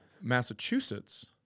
Massachusetts